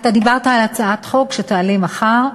אתה דיברת על הצעת חוק שתעלה מחר,